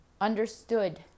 understood